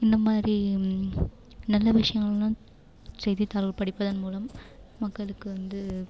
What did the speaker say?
இந்த மாதிரி நல்ல விஷயங்கள்லாம் செய்தித்தாள் படிப்பதன் மூலம் மக்களுக்கு வந்து